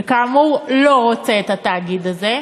שכאמור, לא רוצה את התאגיד הזה,